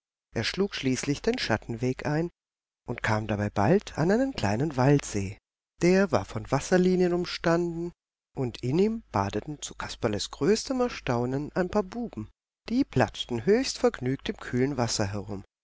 er schlug schließlich den schattenweg ein und kam dabei bald an einen kleinen waldsee der war von wasserlilien umstanden und in ihm badeten zu kasperles größtem erstaunen ein paar buben die platschten höchst vergnügt im kühlen wasser herum